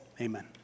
Amen